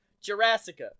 Jurassic